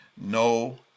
no